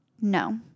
no